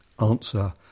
Answer